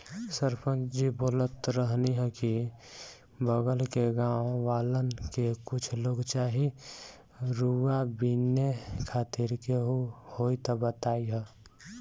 सरपंच जी बोलत रहलन की बगल के गाँव वालन के कुछ लोग चाही रुआ बिने खातिर केहू होइ त बतईह